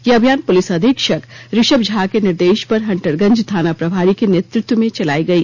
यह अभियान पुलिस अधीक्षक ऋषभ झा के निर्देश पर हंटरगंज थाना प्रभारी के नेतृत्व में चलाई गई